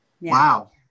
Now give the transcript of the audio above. Wow